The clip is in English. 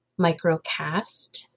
microcast